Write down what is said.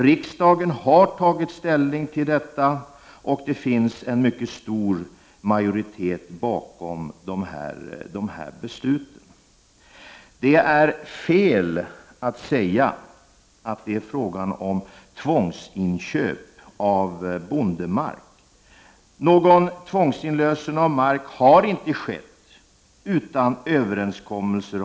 Riksdagen har tagit ställning till detta och det finns en mycket stor majoritet bakom dessa beslut. Det är fel att säga att det är fråga om tvångsinköp av jordbruksmark. Det har inte skett någon tvångsinlösen av mark, utan det har träffats Överenskommelser.